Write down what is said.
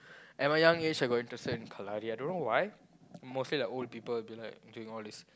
at my young age I got interested in kalari I don't know why mostly like old people would be like doing all these